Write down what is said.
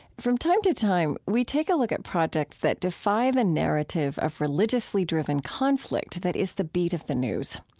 from time to time, we take a look at projects that defy the narrative of religiously driven conflict that is the beat of the news.